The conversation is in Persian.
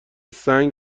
سنگ